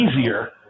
easier